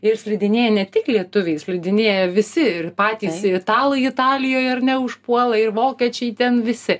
ir slidinėja ne tik lietuviai slidinėja visi ir patys italai italijoj ar ne užpuola ir vokiečiai ten visi